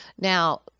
Now